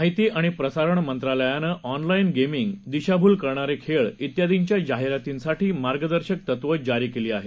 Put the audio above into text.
माहिती आणि प्रसारण मंत्रालयानं ऑनलाईन गेमिंग दिशाभूल करणारे खेळ व्यादींच्या जाहिरातींसाठी मार्गदर्शक तत्वं जारी केली आहेत